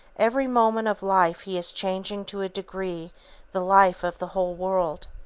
every moment of life he is changing to a degree the life of the whole world.